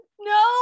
no